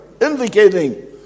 indicating